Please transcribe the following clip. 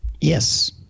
Yes